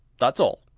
that's all.